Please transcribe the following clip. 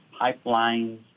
pipelines